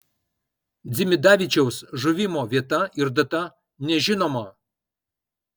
dzimidavičiaus žuvimo vieta ir data nežinoma